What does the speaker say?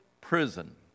prison